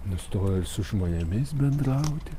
nustojo ir su žmonėmis bendrauti